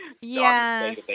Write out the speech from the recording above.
Yes